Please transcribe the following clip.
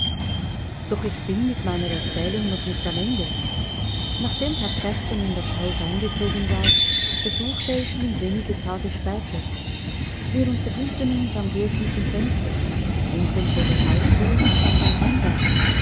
doch ich bin mit meiner erzählung noch nicht am ende nachdem herr jackson in das haus eingezogen war besuchte ich ihn wenige tage später wir unterhielten uns am geöffneten fenster unten vor der haustür stand ein handwagen